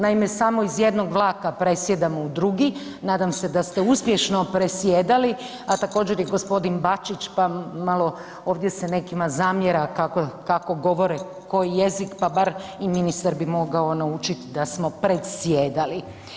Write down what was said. Naime, samo iz jednog vlaka presjedamo u drugi, nadam ste da ste uspješno presjedali, a također i gospodin Bačić pa malo ovdje se nekima zamjera kako govore koji jezik pa bar i ministar bi mogao naučiti da smo predsjedali.